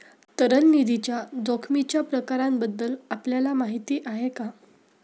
तरल निधीच्या जोखमीच्या प्रकारांबद्दल आपल्याला माहिती आहे का?